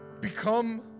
become